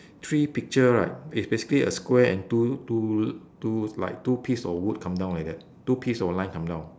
three picture right it's basically a square and two two two like two piece of wood coming down like that two piece of line coming down